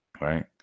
Right